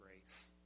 grace